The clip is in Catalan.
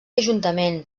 ajuntament